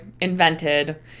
invented